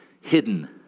hidden